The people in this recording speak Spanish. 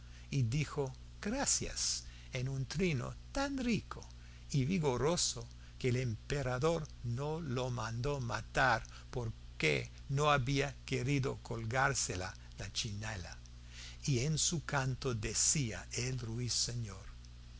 y dijo gracias en un trino tan rico y vigoroso que el emperador no lo mandó matar porque no había querido colgarse la chinela y en su canto decía el ruiseñor